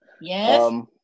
Yes